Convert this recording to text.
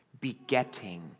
begetting